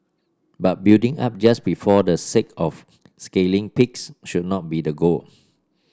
but building up just before the sake of scaling peaks should not be the goal